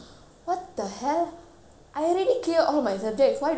I already clear all my subjects why do I have to resit for an exam